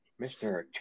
Mr